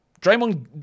Draymond